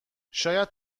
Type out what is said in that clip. شاید